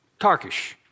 Tarkish